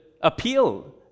appeal